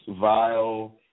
vile